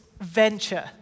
venture